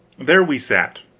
there we sat,